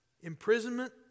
Imprisonment